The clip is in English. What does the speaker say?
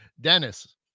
Dennis